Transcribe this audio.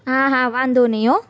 હા હા વાંધો નહીં હોં